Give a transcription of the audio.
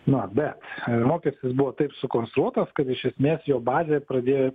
nu va bet mokestis buvo taip sukonstruotas kad iš esmės jo bazė pradėjo